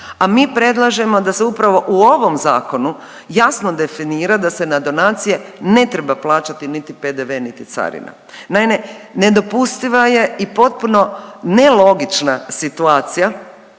A mi predlažemo da se upravo u ovom zakonu jasno definira da se na donacije ne treba plaćati niti PDV niti carina. Ne, ne, nedopustiva je i potpuno nelogična situacija